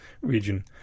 region